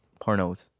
pornos